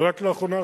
ורק לאחרונה,